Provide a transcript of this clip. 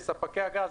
לספק הגז,